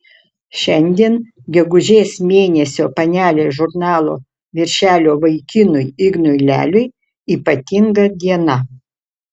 šiandien gegužės mėnesio panelės žurnalo viršelio vaikinui ignui leliui ypatinga diena